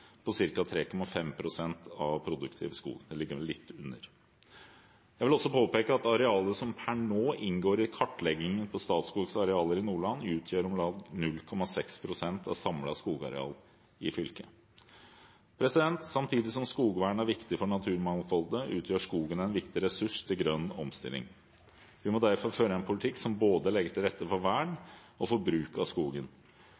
på ca. 3,5 pst. av produktiv skog – det ligger litt under. Jeg vil også påpeke at arealet som per nå inngår i kartleggingen på Statskogs arealer i Nordland, utgjør om lag 0,6 pst. av samlet skogareal i fylket. Samtidig som skogvern er viktig for naturmangfoldet, utgjør skogen en viktig ressurs til grønn omstilling. Vi må derfor føre en politikk som legger til rette både for